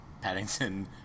Paddington